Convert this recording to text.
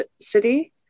city